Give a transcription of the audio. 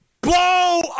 blow